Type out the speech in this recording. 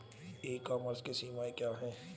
ई commerce की सीमाएं क्या हैं?